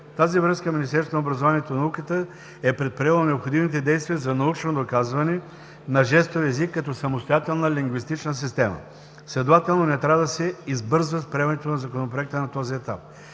науката е предприело необходимите действия за научно доказване на жестовия език като самостоятелна лингвистична система. Следователно не трябва да се избързва с приемането на Законопроекта на този етап.